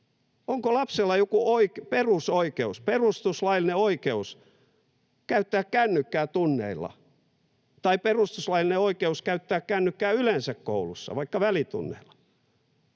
Onko lapsella joku perusoikeus, perustuslaillinen oikeus, käyttää kännykkää tunneilla tai perustuslaillinen oikeus käyttää kännykkää yleensä koulussa, vaikka välitunneilla?